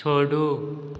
छोड़ू